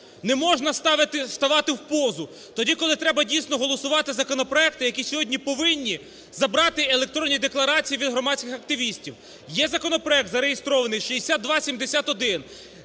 Не можна ставати в позу, коли потрібно дійсно голосувати законопроекти, які сьогодні повинні забрати електронні декларації від громадських активістів. Є законопроект, зареєстрований 6271,